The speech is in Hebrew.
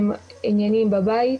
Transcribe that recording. עניינים בבית,